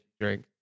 drink